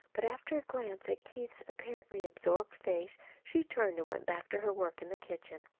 but after a glance at keith's apparently absorbed face, she turned and went back to her work in the kitchen.